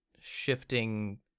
shifting